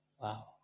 Wow